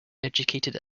educated